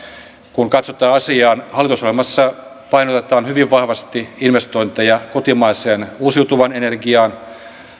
katsotaan asiaa hallitusohjelmassa painotetaan hyvin vahvasti investointeja kotimaiseen uusiutuvaan energiaan